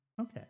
okay